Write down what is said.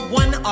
one